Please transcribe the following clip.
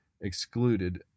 excluded